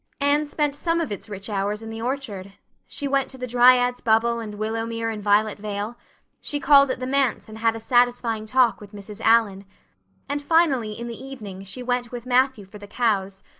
anne spent some of its rich hours in the orchard she went to the dryad's bubble and willowmere and violet vale she called at the manse and had a satisfying talk with mrs. allan and finally in the evening she went with matthew for the cows,